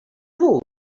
nhw